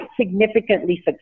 significantly